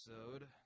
episode